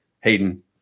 Hayden